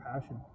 passion